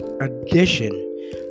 edition